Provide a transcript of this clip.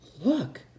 Look